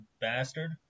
bastard